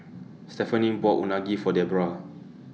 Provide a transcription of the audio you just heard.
Stephaine bought Unagi For Debroah